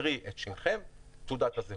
קרי, שמכם, ת.ז.